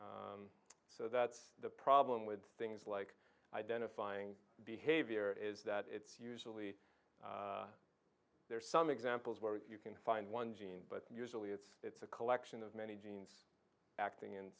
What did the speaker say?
so that's the problem with things like identifying behavior is that it's usually there are some examples where you can find one gene but usually it's it's a collection of many genes acting